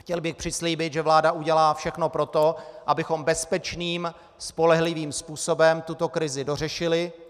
Chtěl bych přislíbit, že vláda udělá všechno pro to, abychom bezpečným spolehlivým způsobem tuto krizi dořešili.